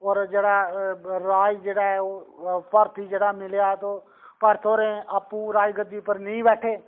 और जेह्ड़ा राज जेह्ड़ा ऐ ओह् भरत गी जेह्ड़ा मिलेआ ते भरत होरें आपूं राज गद्दी पर नेईं बैठे